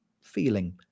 feeling